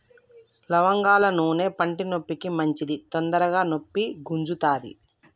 లవంగాల నూనె పంటి నొప్పికి మంచిది తొందరగ నొప్పి గుంజుతది